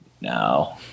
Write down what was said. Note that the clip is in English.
no